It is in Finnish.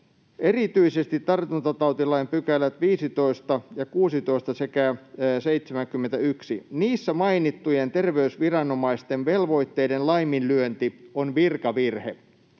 ”Erityisesti tartuntatautilain pykälät 15 ja 16 sekä 71. Niissä mainittujen terveysviranomaisten velvoitteiden laiminlyönti on virkavirhe.”